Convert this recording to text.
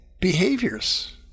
behaviors